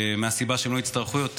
מהסיבה שהם לא יצטרכו יותר,